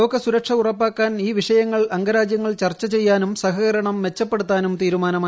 ലോകത്തിൽ സുരക്ഷ ഉറപ്പാക്കാൻ ഈ വിഷയങ്ങൾ അംഗരാജ്യങ്ങൾ ചർച്ച ചെയ്യാനും സഹകരണം മെച്ചപ്പെടുത്താനും തീരുമാനമായി